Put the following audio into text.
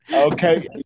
Okay